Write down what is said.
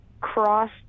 cross